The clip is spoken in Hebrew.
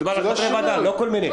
מדובר על חברי ועדה, לא כל מיני.